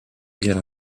guerre